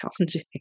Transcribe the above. challenging